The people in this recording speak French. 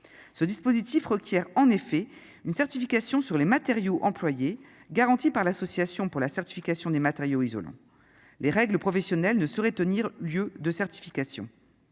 ce dispositif requiert en effet une certification sur les matériaux employés garanti par l'Association pour la certification des matériaux isolants, les règles professionnelles ne saurait tenir lieu de certification,